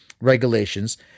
regulations